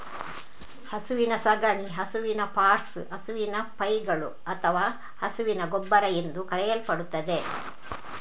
ಹಸುವಿನ ಸಗಣಿ ಹಸುವಿನ ಪಾಟ್ಸ್, ಹಸುವಿನ ಪೈಗಳು ಅಥವಾ ಹಸುವಿನ ಗೊಬ್ಬರ ಎಂದೂ ಕರೆಯಲ್ಪಡುತ್ತದೆ